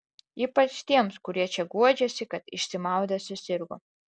ypač tiems kurie čia guodžiasi kad išsimaudę susirgo